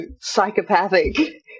psychopathic